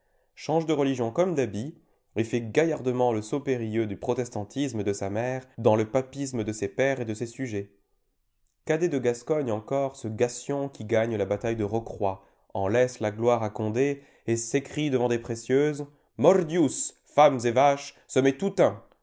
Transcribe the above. change de religion comme d'habit et fait gaillardement le saut périlleux du protestantisme de sa mère dans le papisme de ses pères et de ses sujets cadets de gascogne encore ce gassion qui gagne la bataille de rocroy en laisse la gloire à condé et s'écrie devant des précieuses mordions femmes et vaches ce m'est tout un